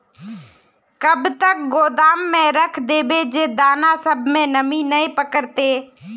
कब तक गोदाम में रख देबे जे दाना सब में नमी नय पकड़ते?